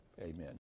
Amen